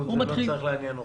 זה לא צריך לעניין אותך.